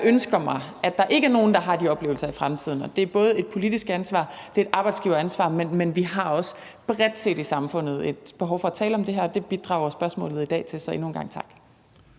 ønsker mig, at der ikke er nogen, der har de oplevelser i fremtiden, og det er både et politisk ansvar, og det er et arbejdsgiveransvar, men vi har også bredt set i samfundet et behov for at tale om det her, og det bidrager spørgsmålet i dag til. Så endnu en gang tak.